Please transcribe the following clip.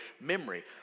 memory